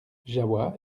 jahoua